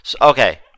okay